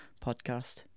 podcast